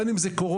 בין אם זה קורונה,